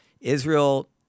Israel